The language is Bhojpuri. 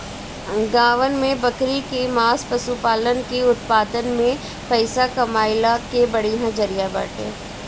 गांवन में बकरी कअ मांस पशुपालन के उत्पादन में पइसा कमइला के बढ़िया जरिया बाटे